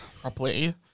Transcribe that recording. properly